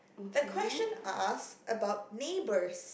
the question ask about neighbours